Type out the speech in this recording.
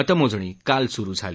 मतमोजणी काल सुरू झाली